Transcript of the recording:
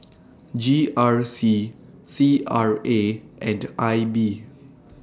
G R C C R A and I B